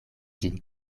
ĝin